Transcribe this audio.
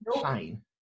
fine